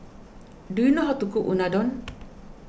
do you know how to cook Unadon